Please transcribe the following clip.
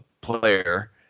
player